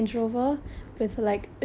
oh that's nice